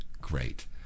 great